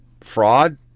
fraud